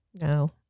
No